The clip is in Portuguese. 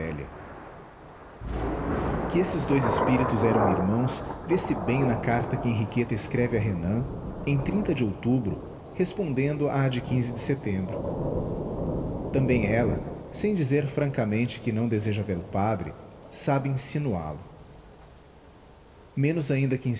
velha que esses dous espíritos eram irmãos vê-se bem na carta que henriqueta escreve a renan em de outubro respondendo à de de setembro também ela sem dizer francamente que não deseja vê-lo padre sabe insinuá lo menos ainda que